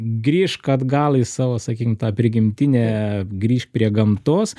grįžk atgal į savo sakim tą prigimtinę grįšk prie gamtos